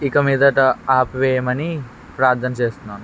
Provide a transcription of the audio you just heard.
ఇక మీదట ఆపి వేయమని ప్రార్థన చేస్తున్నాను